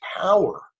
power